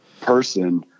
person